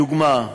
לדוגמה: